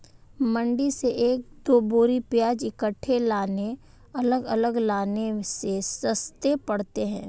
मंडी से एक दो बोरी प्याज इकट्ठे लाने अलग अलग लाने से सस्ते पड़ते हैं